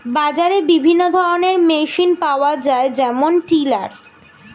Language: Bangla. বাজারে বিভিন্ন ধরনের মেশিন পাওয়া যায় যেমন টিলার